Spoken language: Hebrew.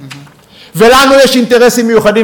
ולנו יש אינטרסים מיוחדים,